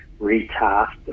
retasked